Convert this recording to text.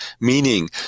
meaning